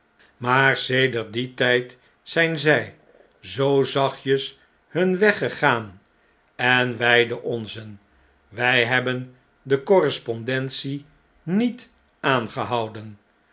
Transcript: maar sedert dien tijd zn'n zg zoo zachtjes hun weg gegaan en wij den onzen wij hebben de correspondentie niet aangehouden